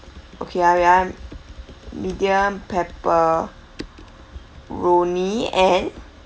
okay ah wait ah medium pepperoni and